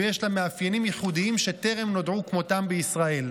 ויש לה מאפיינים ייחודיים שטרם נודעו כמותם בישראל.